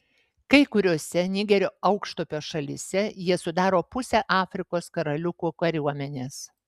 kai kuriose nigerio aukštupio šalyse jie sudaro pusę afrikos karaliukų kariuomenės